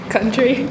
Country